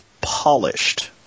polished